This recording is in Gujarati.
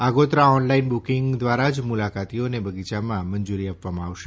આગોતરા ઓનલાઈન બુકિંગ દ્વારા જ મુલાકાતીઓને બગીયામાં મંજૂરી આપવામાં આવશે